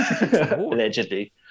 Allegedly